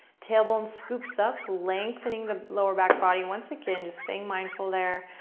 tailbone scoops up, lengthening the lower back body. once again, stay mindful there.